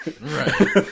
Right